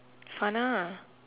sana